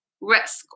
risk